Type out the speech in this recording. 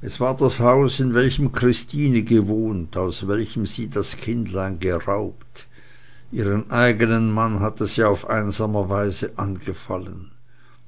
es war das haus in welchem christine gewohnt aus welchem sie das kindlein geraubet ihren eigenen mann hatte sie auf einsamer weide angefallen